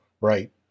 right